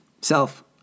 self